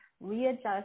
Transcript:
readjust